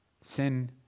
Sin